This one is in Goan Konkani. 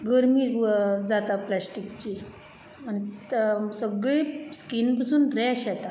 गर्मी जाता प्लॅश्टिकची आनी त सगळी स्कीन पसून रॅश येता